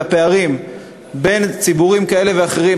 הפערים בין ציבורים כאלה ואחרים,